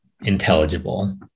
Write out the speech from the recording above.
intelligible